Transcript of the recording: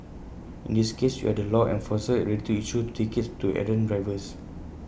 in this case you are the law enforcer ready to issue tickets to errant drivers